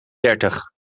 dertig